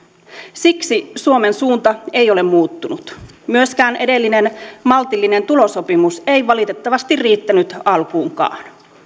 siksi suomen suunta ei ole muuttunut myöskään edellinen maltillinen tulosopimus ei valitettavasti riittänyt alkuunkaan